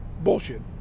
bullshit